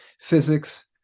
Physics